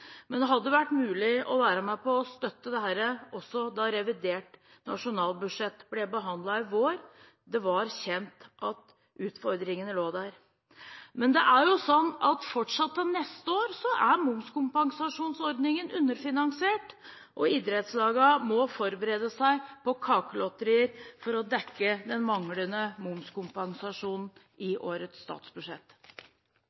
Men det hadde vært mulig å være med på å støtte dette også da revidert nasjonalbudsjett ble behandlet i vår. Det var kjent at utfordringene lå der. Men fortsatt til neste år er momskompensasjonsordningen underfinansiert, og idrettslagene må forberede seg på kakelotterier for å dekke den manglende momskompensasjonen i